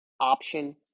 option